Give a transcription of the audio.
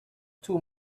too